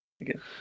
Again